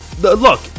Look